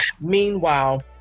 meanwhile